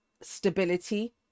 stability